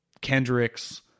Kendricks